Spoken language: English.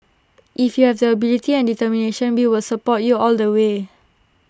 if you have the ability and determination we will support you all the way